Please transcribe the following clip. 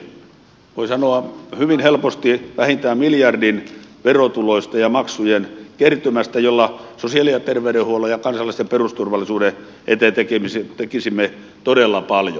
voi sanoa että kyse on hyvin helposti vähintään miljardin verotuloista ja maksujen kertymästä jolla sosiaali ja terveydenhuollon ja kansalaisten perusturvallisuuden eteen tekisimme todella paljon